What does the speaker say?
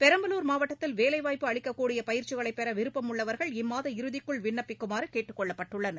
பெரம்பலூர் மாவட்டத்தில் வேலைவாய்ப்பு அளிக்கக்கூடியபயிற்சிகளைபெறவிருப்பமுள்ளவர்கள் இம்மாத இறுதிக்குள் விண்ணப்பிக்குமாறுகேட்டுக் கொள்ளப்பட்டுள்ளனர்